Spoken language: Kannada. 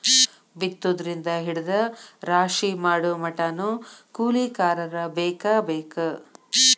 ಬಿತ್ತುದರಿಂದ ಹಿಡದ ರಾಶಿ ಮಾಡುಮಟಾನು ಕೂಲಿಕಾರರ ಬೇಕ ಬೇಕ